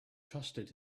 trusted